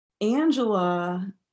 Angela